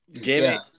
Jamie